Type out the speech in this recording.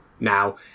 now